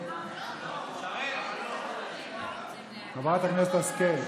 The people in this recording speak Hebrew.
אנחנו עוברים להצעת חוק עובדים זרים,